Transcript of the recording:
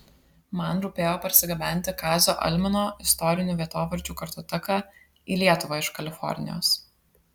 man rūpėjo parsigabenti kazio almino istorinių vietovardžių kartoteką į lietuvą iš kalifornijos